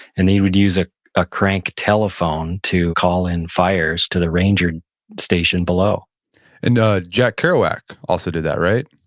and he would use a ah crank telephone to call in fires to the ranger station below and jack kerouac also did that, right?